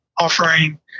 offering